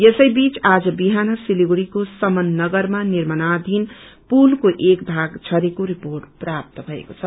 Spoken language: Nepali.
यसै बीच आज विहान सिलिगुड़ीको समन नगरमा निर्माणधिन पुलको एक भाग झरेको रिर्पोट प्राप्त भएको छ